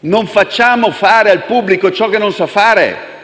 Non facciamo fare al pubblico ciò che non sa fare.